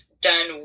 done